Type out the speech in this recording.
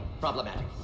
problematic